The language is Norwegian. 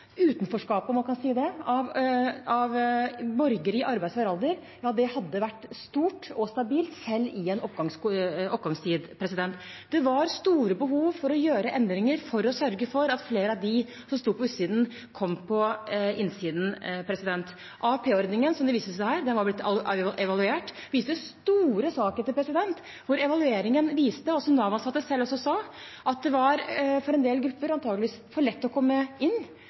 Utenforskapet, om man kan si det, av borgere i arbeidsfør alder hadde vært stort og stabilt selv i en oppgangstid. Det var store behov for å gjøre endringer for å sørge for at flere av dem som sto på utsiden, kom på innsiden. AAP-ordningen, som det vises til her, er blitt evaluert, og den viste store svakheter. Evalueringen viste, som Nav-ansatte selv også sa, at det for en del grupper antakeligvis var for lett å komme inn, men kanskje verre: Det var veldig vanskelig å komme ut. Man ble gående passiv år ut og år inn